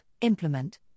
implement